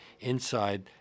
inside